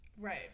Right